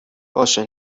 باشه